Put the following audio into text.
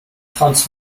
trans